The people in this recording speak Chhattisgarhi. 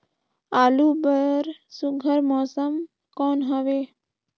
आलू बर सुघ्घर मौसम कौन हवे?